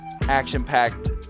action-packed